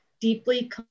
deeply